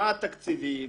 מה התקציבים.